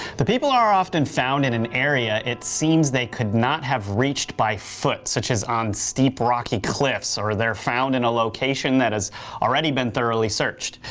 the people are often found in an area it seems they could not have reached by foot such has on a steep rocky cliff, or they are found in a location that has already been thoroughly searched.